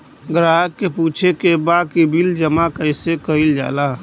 ग्राहक के पूछे के बा की बिल जमा कैसे कईल जाला?